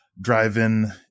drive-in